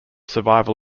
survival